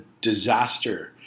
disaster